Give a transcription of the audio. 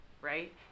right